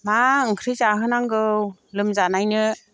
मा ओंख्रि जाहोनांगौ लोमजानायनो